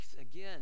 again